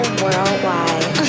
worldwide